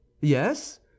Yes